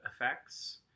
effects